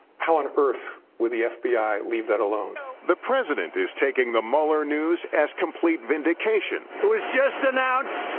how on earth would the fbi leave that alone? the president is taking the mueller news as complete vindication. it was just announced,